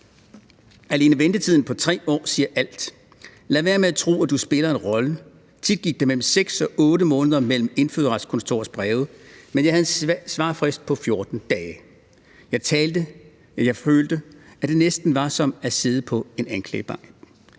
Alene ventetiden på 3 år siger alt: Lad være med at tro, at du spiller en rolle. Tit gik der mellem 6 og 8 måneder mellem Indfødsretskontorets breve, mens jeg havde en svarfrist på 14 dage. Jeg følte, at det næsten var som at sidde på en anklagebænk.